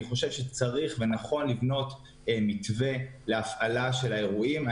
אני חושב שנכון לבנות מתווה להפעלת האירועים.